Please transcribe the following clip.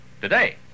Today